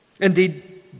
Indeed